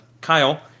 Kyle